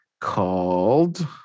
called